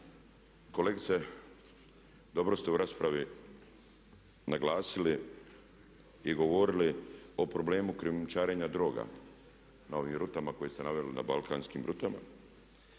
Kolegice dobro ste u raspravi naglasili i govorili o problemu krijumčarenja droga na ovim rutama koje ste naveli, na balkanskim rutama.